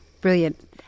Brilliant